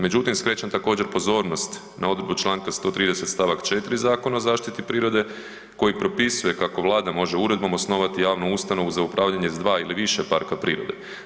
Međutim, skrećem također, pozornost na odredbu čl. 130 st. 4. Zakona o zaštiti prirode koji propisuje kako Vlada može uredbom osnovati javnu ustanovu za upravljanje s 2 ili više parka prirode.